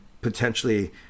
potentially